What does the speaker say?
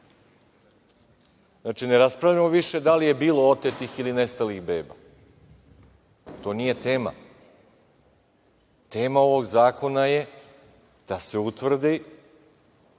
Znači, ne raspravljamo više da li je bilo otetih ili nestalih beba, to nije tema. Tema ovog zakona je da se utvrdi